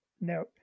No